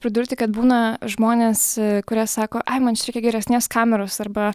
pridurti kad būna žmonės kurie sako ai man čia reikia geresnės kameros arba